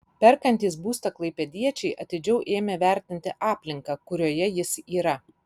perkantys būstą klaipėdiečiai atidžiau ėmė vertinti aplinką kurioje jis yra